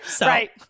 Right